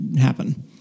happen